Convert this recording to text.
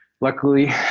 luckily